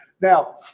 Now